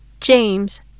James